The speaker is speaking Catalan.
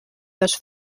dos